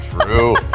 true